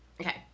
okay